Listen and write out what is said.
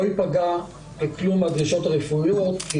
לא ייפגע דבר מהדרישות הרפואיות כי